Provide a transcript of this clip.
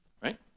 Right